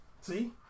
See